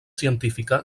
científica